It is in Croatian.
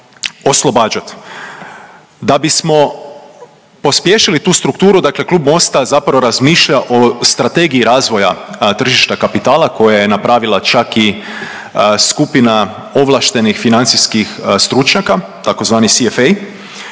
oslobađat. Da bismo pospješili tu strukturu dakle klub Mosta zapravo razmišlja o strategiji razvoja tržišta kapitala koje je napravila čak i skupina ovlaštenih financijskih stručnjaka tzv. CFA